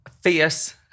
fierce